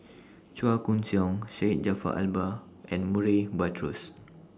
Chua Koon Siong Syed Jaafar Albar and Murray Buttrose